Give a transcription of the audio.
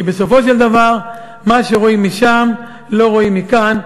כי בסופו של דבר מה שרואים משם לא רואים מכאן,